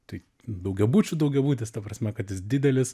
tai daugiabučių daugiabutis ta prasme kad jis didelis